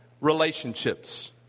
relationships